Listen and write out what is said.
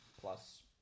Plus